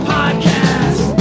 Podcast